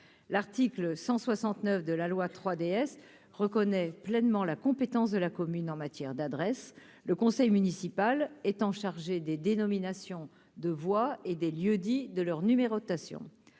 l'article 169 de la loi 3DS reconnaît pleinement la compétence de la commune en matière d'adresse, le conseil municipal étant chargé des dénominations de voix et des lieux-dits de leur numérotation